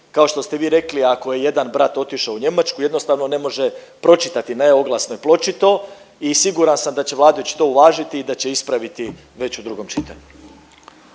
kao što ste vi rekli ako je jedan brat otišao u Njemačku jednostavno ne može pročitati na oglasnoj ploči to i siguran sam da će vladajući to uvažiti i da će ispraviti već u drugom čitanju.